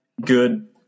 good